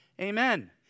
Amen